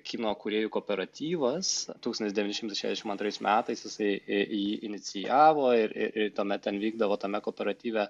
kino kūrėjų kooperatyvas tūkstantis devyni šimtai šešiasdešim antrais metais jisai i jį inicijavo ir i ir tuomet ten vykdavo tame kooperatyve